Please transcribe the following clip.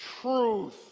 truth